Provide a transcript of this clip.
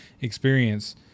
experience